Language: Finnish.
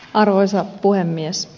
arvoisa puhemies